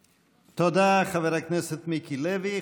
תודה, חבר הכנסת מיקי לוי.